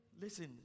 Listen